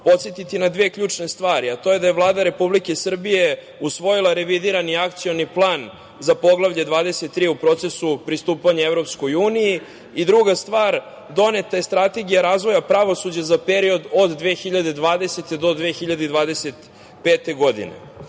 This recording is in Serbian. podsetiti na dve ključne stvar. To je da je Vlada Republike Srbije usvojili revidirani akcioni plan za Poglavlje 23. u procesu pristupanja EU i druga stvar, doneta je Strategija razvoja pravosuđa za period od 2020. do 2025. godine.